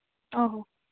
ᱚ ᱦᱚᱸ